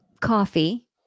coffee